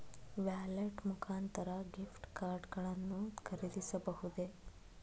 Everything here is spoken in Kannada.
ವ್ಯಾಲೆಟ್ ಮುಖಾಂತರ ಗಿಫ್ಟ್ ಕಾರ್ಡ್ ಗಳನ್ನು ಖರೀದಿಸಬಹುದೇ?